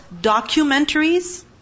documentaries